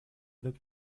wippt